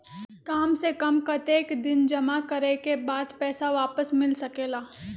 काम से कम कतेक दिन जमा करें के बाद पैसा वापस मिल सकेला?